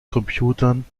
computern